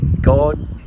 God